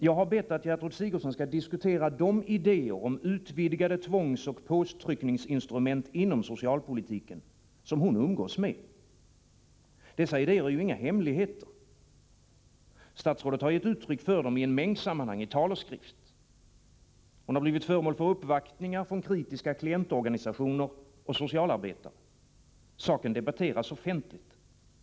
Jag har bett att Gertrud Sigurdsen skall diskutera de idéer om utvidgade tvångsoch påtryckningsinstrument inom socialpolitiken som hon umgås med. Dessa idéer är ju inga hemligheter. Statsrådet har gett uttryck för dem i en mängd sammanhang, i tal och skrift. Hon har blivit föremål för uppvaktningar från kritiska klientorganisationer och socialarbetare. Saken debatteras offentligt.